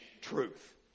truth